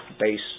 base